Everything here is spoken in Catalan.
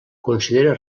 considera